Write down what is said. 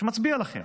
שמצביע לכם,